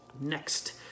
Next